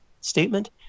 statement